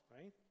right